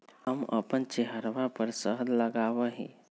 हम अपन चेहरवा पर शहद लगावा ही